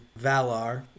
Valar